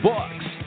books